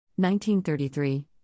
1933